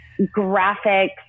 graphics